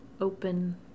open